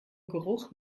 geruch